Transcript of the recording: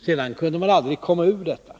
Sedan kunde man aldrig komma ur detta.